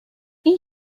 این